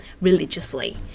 religiously